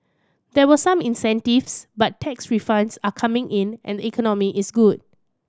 there were some incentives but tax refunds are coming in and the economy is good